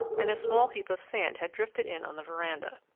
and a small heap of sand had drifted in on the veranda.